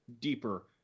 deeper